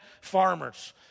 farmers